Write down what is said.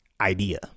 idea